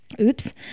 Oops